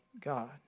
God